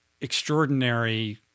extraordinary